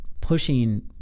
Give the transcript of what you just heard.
pushing